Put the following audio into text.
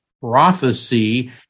prophecy